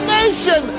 nation